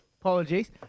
Apologies